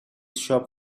shop